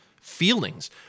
feelings